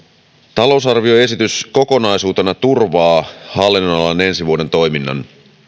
talousarvioesitys kokonaisuutena turvaa hallinnonalan ensi vuoden toiminnan